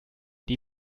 die